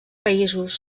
països